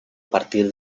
partir